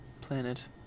planet